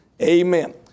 Amen